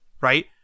right